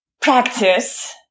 practice